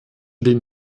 den